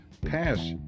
pass